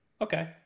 Okay